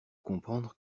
comprendre